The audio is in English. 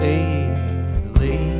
easily